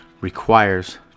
requires